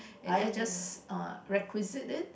and then just uh requisite it